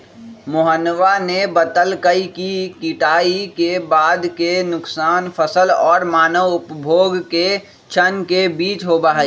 मोहनवा ने बतल कई कि कटाई के बाद के नुकसान फसल और मानव उपभोग के क्षण के बीच होबा हई